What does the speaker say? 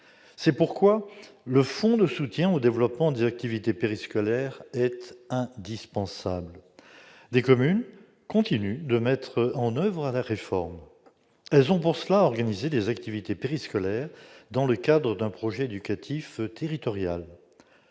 C'est pourquoi le fonds de soutien au développement des activités périscolaires est indispensable. Des communes continuent à mettre en oeuvre la réforme. À cette fin, elles ont organisé des activités périscolaires dans le cadre d'un projet éducatif territorial.